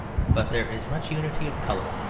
but there is much unity of colour.